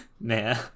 Nah